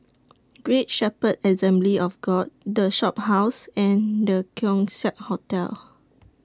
Great Shepherd Assembly of God The Shophouse and The Keong Saik Hotel